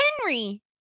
Henry